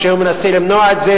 כשהוא מנסה למנוע את זה,